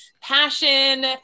passion